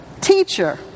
Teacher